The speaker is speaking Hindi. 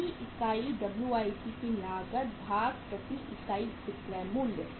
प्रति इकाई WIP की लागत भाग प्रति इकाई विक्रय मूल्य